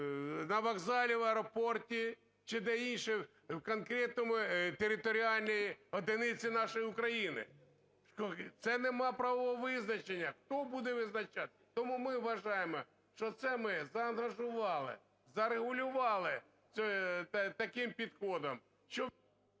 на вокзалі, в аеропорті чи де-інше в конкретній територіальній одиниці нашої України? Це немає правового визначення. Хто буде визначати? Тому ми вважаємо, що це ми заангажували, зарегулювали таким підходом…